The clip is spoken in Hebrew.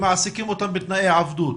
ומעסיקים אותם בתנאי עבדות.